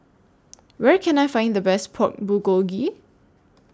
Where Can I Find The Best Pork Bulgogi